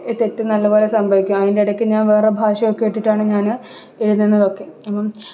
തെറ്റും നല്ല പോലെ സംഭവിക്കാം അതിൻ്റെ ഇടയ്ക്ക് ഞാൻ വേറെ ഭാഷയൊക്കെ ഇട്ടിട്ടാണ് ഞാൻ എഴുതുന്നതൊക്കെ